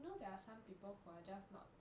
know there are some people who are just not